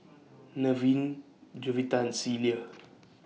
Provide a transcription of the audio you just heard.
Nevin Jovita and Celia